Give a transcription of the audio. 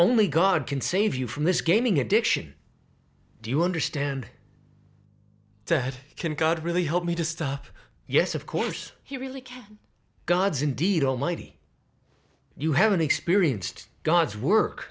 only god can save you from this gaming addiction do you understand to head can god really help me to stop yes of course he really can god's indeed almighty you haven't experienced god's work